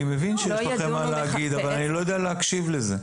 אני מבין שיש לכם מה להגיד אבל אני לא יודע להקשיב לזה.